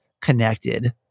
connected